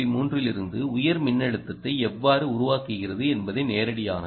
3 லிருந்து உயர் மின்னழுத்தத்தை எவ்வாறு உருவாக்குகிறது என்பது நேரடியானது